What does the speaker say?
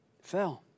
Fell